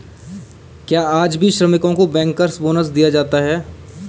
क्या आज भी श्रमिकों को बैंकर्स बोनस दिया जाता है?